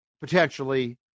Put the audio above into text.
potentially